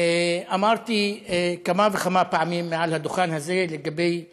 אמרתי כמה וכמה פעמים מעל הדוכן הזה לגבי סוכרת,